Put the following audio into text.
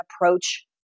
approach